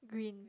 green